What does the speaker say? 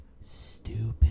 stupid